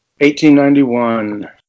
1891